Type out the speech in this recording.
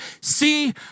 See